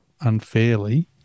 unfairly